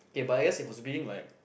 K but I guess it was being like